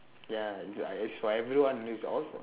ya is it's for everyone it's all for